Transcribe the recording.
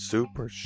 Super